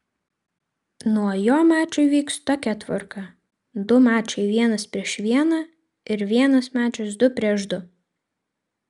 nuo jo mačai vyks tokia tvarka du mačai vienas prieš vieną ir vienas mačas du prieš du